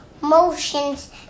motions